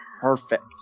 perfect